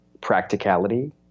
practicality